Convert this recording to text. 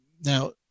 Now